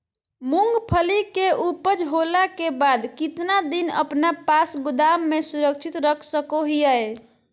मूंगफली के ऊपज होला के बाद कितना दिन अपना पास गोदाम में सुरक्षित रख सको हीयय?